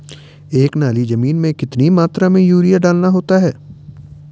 एक नाली जमीन में कितनी मात्रा में यूरिया डालना होता है?